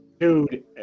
dude